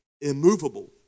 Immovable